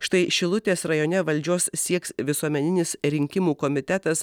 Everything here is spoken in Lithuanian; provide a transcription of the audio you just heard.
štai šilutės rajone valdžios sieks visuomeninis rinkimų komitetas